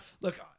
Look